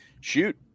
shoot